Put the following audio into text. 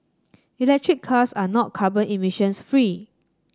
electric cars are not carbon emissions free